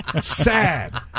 Sad